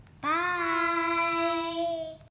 Bye